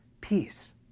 peace